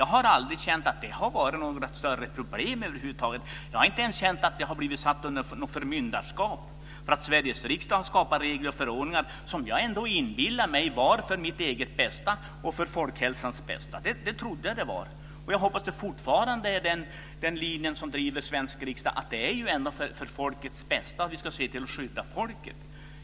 Jag har aldrig känt att det har varit något större problem över huvud taget. Jag har inte ens känt att jag har blivit utsatt för något förmyndarskap. Sveriges riksdag skapar regler och förordningar som jag ändå inbillar mig är för mitt eget bästa och för folkhälsans bästa. Det trodde jag att det var, och jag hoppas att det fortfarande är den linje som driver svensk riksdag att det ändå är för folkets bästa, att vi ska se till att skydda folket.